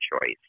choice